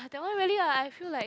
that really lah I feel like